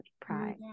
pride